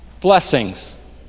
blessings